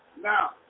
now